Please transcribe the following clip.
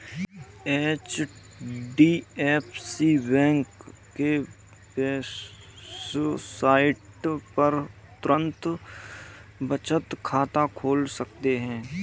HDFC bank के website पर तुरंत बचत खाता खोल सकते है